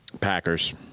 Packers